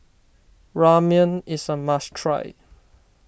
Ramyeon is a must try